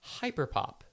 Hyperpop